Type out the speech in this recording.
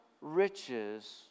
riches